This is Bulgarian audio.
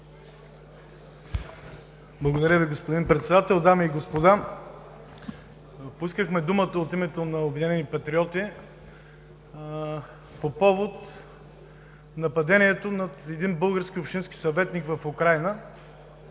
Благодаря, господин Председател. Дами и господа, поискахме думата от името на „Обединените патриоти“ по повод нападението над един български общински съветник в Украйна